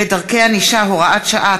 (דרכי ענישה, הוראת שעה),